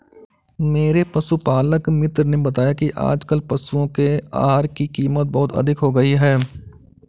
मेरे पशुपालक मित्र ने बताया कि आजकल पशुओं के आहार की कीमत बहुत अधिक हो गई है